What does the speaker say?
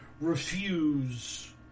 refuse